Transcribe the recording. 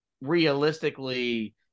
realistically